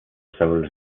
several